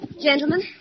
Gentlemen